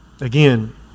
Again